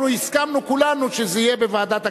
אנחנו הסכמנו כולנו שזה יהיה בוועדת הכספים.